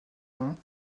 mains